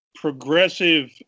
progressive